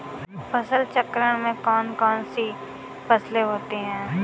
फसल चक्रण में कौन कौन सी फसलें होती हैं?